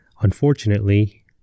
Unfortunately